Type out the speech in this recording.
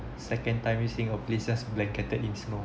second time you seeing a places blanketed in snow